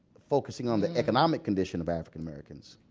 focusing on the economic condition of african-americans,